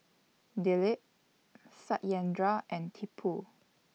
Dilip Satyendra and Tipu